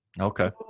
Okay